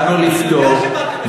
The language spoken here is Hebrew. באנו לפתור,